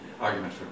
argument